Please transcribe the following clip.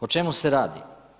O čemu se radi?